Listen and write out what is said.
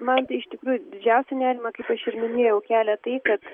man tai iš tikrųjų didžiausią nerimą kaip aš ir minėjau kelia tai kad